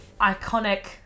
iconic